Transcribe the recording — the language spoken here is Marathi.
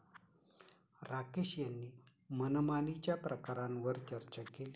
राकेश यांनी मनमानीच्या प्रकारांवर चर्चा केली